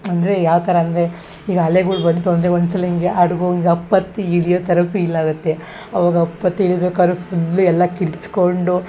ಅಂದರೆ ಯಾವ ಥರ ಅಂದರೆ ಈಗ ಅಲೆಗಳು ಬಂತು ಅಂದರೆ ಒಂದು ಸಲ ಹಿಂಗೆ ಹಡ್ಗು ಈಗ ಅಪ್ ಹತ್ತಿ ಇಳಿಯೋ ಥರ ಫೀಲ್ ಆಗುತ್ತೆ ಅವಾಗ ಅಪ್ ಹತ್ತಿ ಇಳಿಬೇಕಾದ್ರೆ ಫುಲ್ಲು ಎಲ್ಲ ಕಿರುಚಿಕೊಂಡು